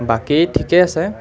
বাকী ঠিকেই আছে